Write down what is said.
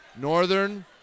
Northern